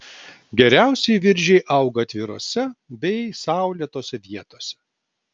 geriausiai viržiai auga atvirose bei saulėtose vietose